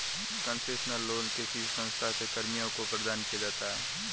concessional loan किसी संस्था के कर्मियों को प्रदान किया जाता है